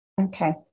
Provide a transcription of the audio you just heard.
Okay